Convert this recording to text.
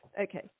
Okay